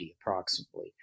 approximately